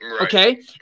Okay